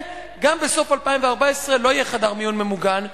גם בסוף 2014 לא יהיה חדר מיון ממוגן.